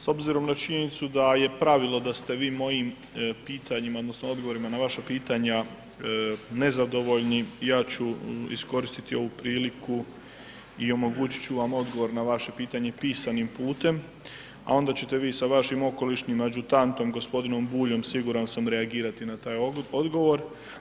S obzirom na činjenicu da je pravilo da ste vi mojim pitanjima odnosno odgovorima na vaša pitanja nezadovoljni ja ću iskoristiti ovu priliku i omogućit ću vam odgovor na vaše pitanje pisanim putem, a onda ćete vi sa vašim okolišnim ađutantom gospodinom Buljom siguran sam reagirati na taj odgovor.